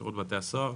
שירות בתי הסוהר.